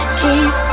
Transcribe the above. keep